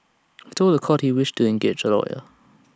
he told The Court he wished to engage A lawyer